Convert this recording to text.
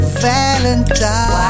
valentine